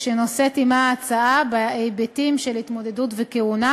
גיסא שנושאת עמה ההצעה בהיבטים של התמודדות וכהונה,